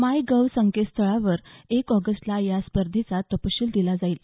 माय gov संकेतस्थळावर एक ऑगस्टला या स्पर्धेचा तपशील दिला जाईल